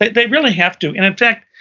they they really have to. and in fact,